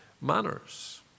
manners